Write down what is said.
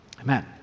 Amen